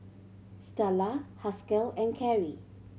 Stella Haskell and Kerrie